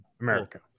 America